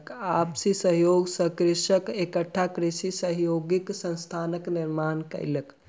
आपसी सहयोग सॅ कृषक एकटा कृषि सहयोगी संस्थानक निर्माण कयलक